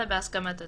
אלא בהסכמת הצדדים.